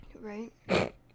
Right